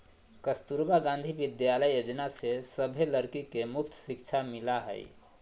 कस्तूरबा गांधी विद्यालय योजना से सभे लड़की के मुफ्त शिक्षा मिला हई